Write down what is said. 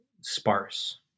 sparse